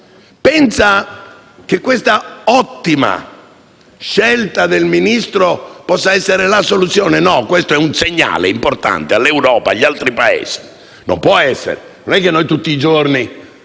Pensa che questa ottima scelta del Ministro possa essere la soluzione? No, questo è un segnale importante all'Europa, agli altri Paesi; non può essere la soluzione.